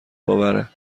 باوره